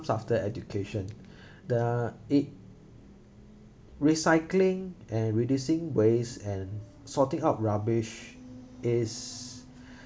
s~ after education the it recycling and reducing waste and sorting out rubbish is